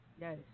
yes